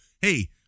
hey